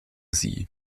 sie